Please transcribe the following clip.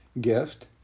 gift